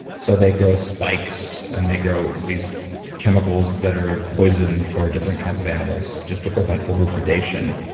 so they grow spikes and they grow these chemicals that are poison for different kinds of animals, just to prevent overpredation.